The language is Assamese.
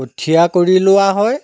কঠিয়া কৰি লোৱা হয়